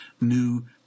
new